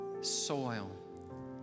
soil